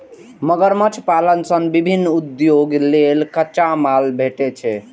मगरमच्छ पालन सं विभिन्न उद्योग लेल कच्चा माल भेटै छै